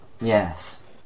Yes